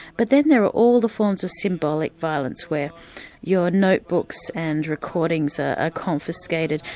but then there are all the forms of symbolic violence where your notebooks and recordings are confiscated,